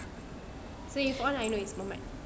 so if on I know it's muhummad